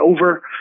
over